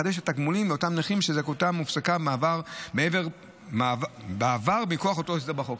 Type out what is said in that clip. לחדש את התגמולים לאותם נכים שזכאותם הופסקה בעבר מכוח אותו הסדר בחוק.